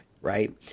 right